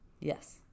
Yes